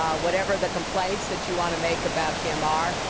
um whatever the complaints that you want to make about him are,